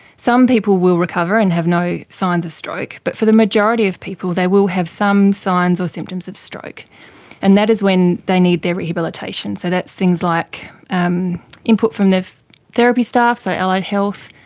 some people will recover and have no signs of stroke, but for the majority of people they will have some signs or symptoms of stroke and that is when they need their rehabilitation. so that's things like um input from the therapy staff, so allied health,